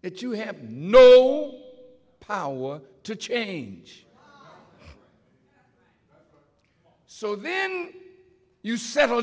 that you have no power to change so then you settle